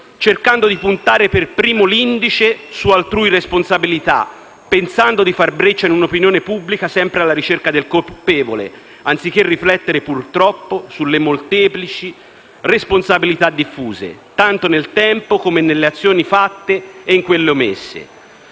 cercando di puntare per primo l'indice su altrui responsabilità pensando di far breccia in un'opinione pubblica sempre alla ricerca del colpevole, anziché riflettere, purtroppo, sulle molteplici responsabilità diffuse, tanto nel tempo come nelle azioni fatte e in quelle omesse.